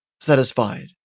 Satisfied